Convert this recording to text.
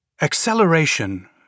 Acceleration